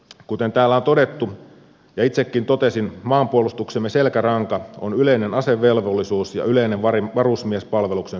kuten täällä on todettu ja itsekin totesin maanpuolustuksemme selkäranka on yleinen asevelvollisuus ja yleinen varusmiespalveluksen suorittaminen